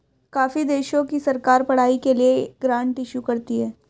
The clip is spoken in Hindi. काफी देशों की सरकार पढ़ाई के लिए ग्रांट इशू करती है